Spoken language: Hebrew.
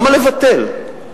למה לבטל?